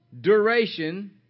duration